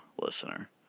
listener